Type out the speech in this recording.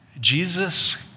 Jesus